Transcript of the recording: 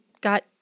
got